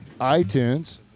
iTunes